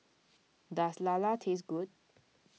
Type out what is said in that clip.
does Lala taste good